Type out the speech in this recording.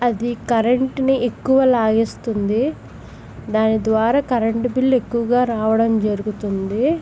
అది కరెంట్ని ఎక్కువ లాగేస్తుంది దాని ద్వారా కరెంట్ బిల్ ఎక్కువగా రావడం జరుగుతుంది